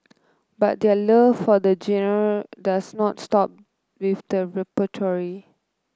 but their love for the genre does not stop with the repertoire